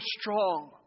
strong